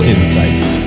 Insights